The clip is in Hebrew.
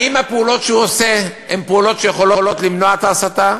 האם הפעולות שהוא עושה יכולות למנוע את ההסתה?